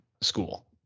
school